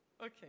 Okay